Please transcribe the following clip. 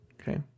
Okay